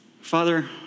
Father